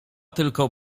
tylko